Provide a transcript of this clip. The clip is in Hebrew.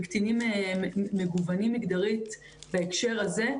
וקטינים מגוונים מגדרית בהקשר הזה,